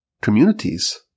communities